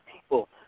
people